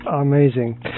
Amazing